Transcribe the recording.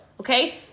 okay